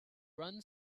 run